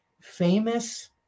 famous